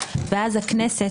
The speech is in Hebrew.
ואז הכנסת,